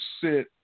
sit